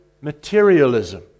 materialism